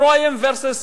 Afroyim v.